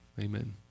Amen